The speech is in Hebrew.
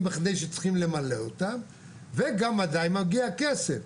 שצריכים למלא אותם וגם מתי מגיע כסף.